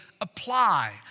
apply